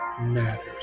matters